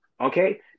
okay